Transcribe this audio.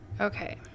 okay